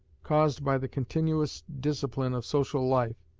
caused by the continuous discipline of social life,